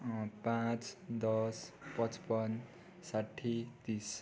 पाँच दस पचपन्न साठी तिस